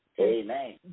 Amen